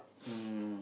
um